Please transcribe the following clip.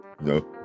no